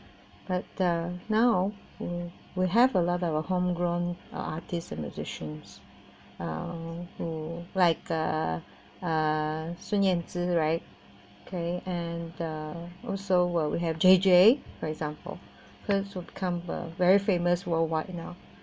but uh now we we have a lot of our homegrown artists and musicians uh who like uh uh Sun-Yan-Zi right okay and uh also we're would have J J for example first who became very famous worldwide now